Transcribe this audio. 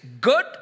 Good